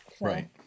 Right